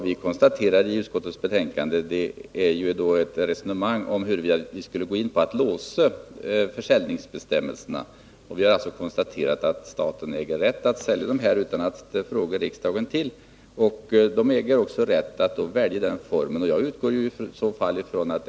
I utskottet för vi ett resonemang om huruvida vi skulle låsa försäljningsbe stämmelserna, och vi har konstaterat att staten äger rätt att sälja utan att fråga riksdagen och också att välja försäljningsform.